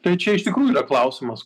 tai čia iš tikrųjų yra klausimas